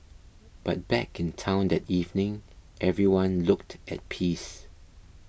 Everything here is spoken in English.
but back in town that evening everyone looked at peace